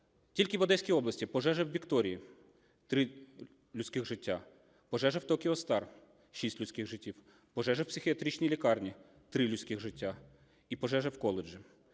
Тільки в Одеській області: пожежа в "Вікторії" – 3 людських життя, пожежа в "Токіо Стар" – 6 людських життів, пожежа в психіатричній лікарні – 3 людських життя і пожежа в коледжі.